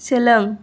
सोलों